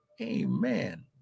Amen